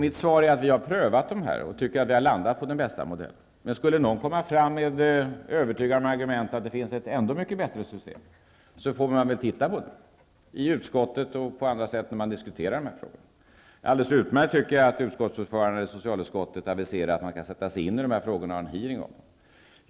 Mitt svar är att vi har prövat de här modellerna och tycker att vi har landat på den bästa. Men skulle någon framföra övertygande argument om att det finns ett ännu mycket bättre system, får man väl titta på det, i utskottet och på andra sätt, när de här frågorna diskuteras. Det är alldeles utmärkt, tycker jag, att ordföranden i socialutskottet aviserat att man skall sätta sig in i de här frågorna och ha en hearing om dem.